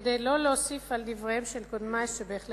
כדי שלא להוסיף על דבריהם של קודמי שבהחלט